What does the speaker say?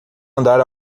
andar